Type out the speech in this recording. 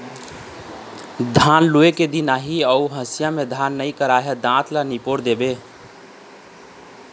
धान लूए के दिन आही अउ हँसिया म धार नइ रही त दाँत ल निपोर देबे